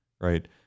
right